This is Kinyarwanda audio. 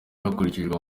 hakurikijwe